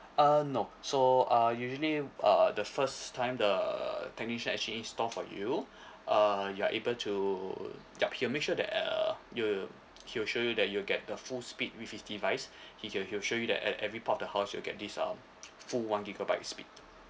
uh no so uh usually uh the first time the technician actually install for you uh you are able to yup he'll make sure that uh you you he'll show you that you'll get the full speed with his device he'll he'll show you that at every part the house you'll get this um full one gigabyte speed